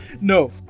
no